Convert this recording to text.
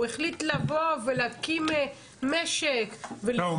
הוא החליט לבוא ולהקים משק --- לא,